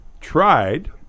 tried